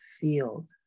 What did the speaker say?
field